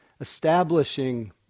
establishing